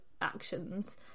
actions